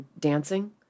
dancing